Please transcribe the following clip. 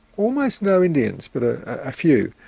almost no indians but a ah few.